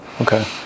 Okay